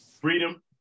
Freedom